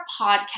podcast